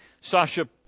Sasha